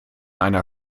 einer